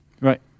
Right